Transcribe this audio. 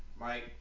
Mike